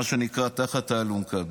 מה שנקרא, תחת האלונקה.